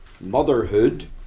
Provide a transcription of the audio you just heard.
motherhood